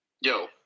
Yo